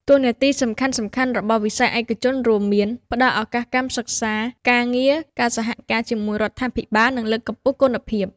តួនាទីសំខាន់ៗរបស់វិស័យឯកជនរួមមាន ផ្តល់ឱកាសកម្មសិក្សា ការងារ ការសហការជាមួយរដ្ឋាភិបាល និងលើកកម្ពស់គុណភាព។